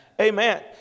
Amen